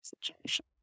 situation